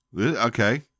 Okay